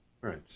right